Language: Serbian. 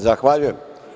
Zahvaljujem.